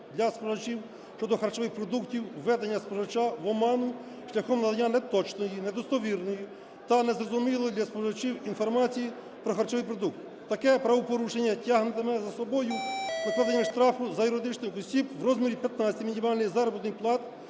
для споживачів щодо харчових продуктів, введення споживача в оману шляхом надання неточної, недостовірної та незрозумілої для споживачів інформації про харчовий продукт. Таке правопорушення тягнутиме за собою накладення штрафу на юридичних осіб в розмірі 15 мінімальних заробітних плат,